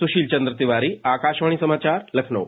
सुशील चंद्र तिवारी आकाशवाणी समाचार लखनऊ